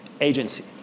agency